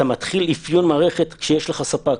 אתה מתחיל אפיון מערכת כשיש לך ספק.